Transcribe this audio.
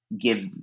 give